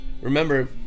remember